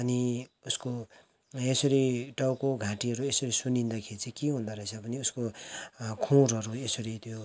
अनि उसको यसरी टाउको घाँटीहरू यसरी सुन्निँदाखेरि के हुँदोरहेछ भने उसको खुरहरू यसरी त्यो